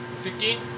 Fifteen